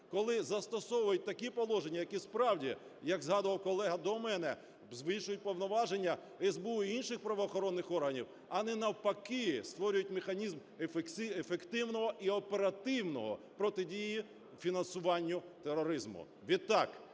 Коли застосовують такі положення, які, справді, як згадував колега до мене, змішують повноваження СБУ і інших правоохоронних органів, а не навпаки створюють механізм ефективного і оперативного… протидії фінансуванню тероризму. Відтак,